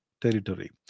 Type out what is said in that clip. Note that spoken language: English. territory